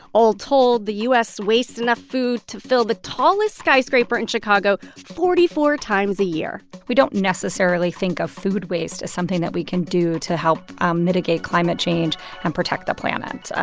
all told, the u s. wastes enough food to fill the tallest skyscraper in chicago forty four times a year we don't necessarily think of food waste as something that we can do to help um mitigate climate change and protect the planet.